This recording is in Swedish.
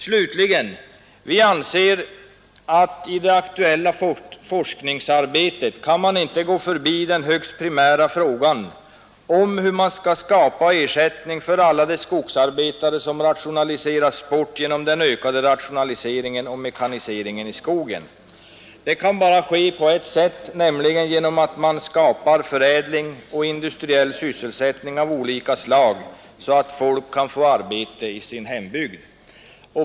Slutligen: Vi anser att i det aktuella forskningsarbetet kan man inte gå förbi den primära frågan om hur man skall skapa sysselsättning åt alla de skogsarbetare som rationaliseras bort genom den ökade rationaliseringen och mekaniseringen i skogen. Det kan bara ske på ett sätt, nämligen genom att man skapar förädling och industriell bearbetning av olika slag, så att människorna kan få arbete i sin hembygd.